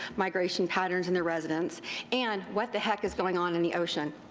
migration patterns and their residence and what the heck is going on in the ocean.